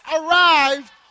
arrived